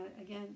again